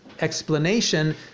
explanation